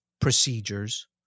procedures